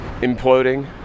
imploding